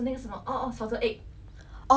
orh salted egg chicken wings